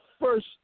first